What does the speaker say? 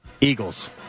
Eagles